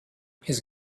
his